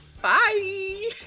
Bye